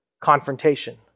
confrontation